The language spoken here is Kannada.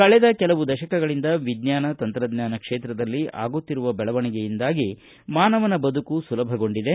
ಕಳೆದ ಕೆಲವು ದಶಕಗಳಿಂದ ವಿಜ್ಞಾನ ತಂತ್ರಜ್ಞಾನ ಕ್ಷೇತ್ರದಲ್ಲಿ ಆಗುತ್ತಿರುವ ಬೆಳವಣಿಗೆಯಿಂದಾಗಿ ಮಾನವನ ಬದುಕು ಸುಲಭಗೊಂಡಿದೆ